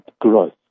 growth